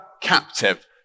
captive